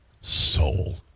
soul